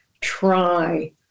try